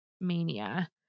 mania